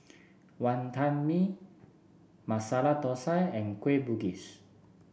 Wantan Mee Masala Thosai and Kueh Bugis